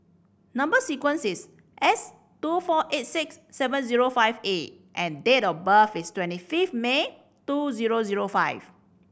number sequence is S two four eight six seven zero five A and date of birth is twenty fifth May two zero zero five